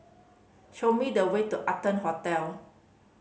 show me the way to Arton Hotel